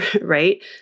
right